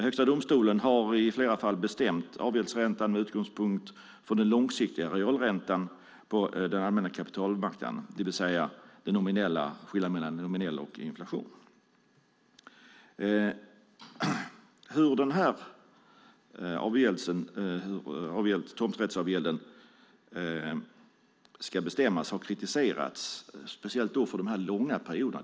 Högsta domstolen har i flera fall bestämt avgäldsräntan med utgångspunkt i den långsiktiga realräntan på den allmänna kapitalmarknaden, det vill säga skillnaden mellan den nominella räntan och inflationen. Hur den här tomträttsavgälden ska bestämmas har kritiserats, speciellt för de långa perioderna.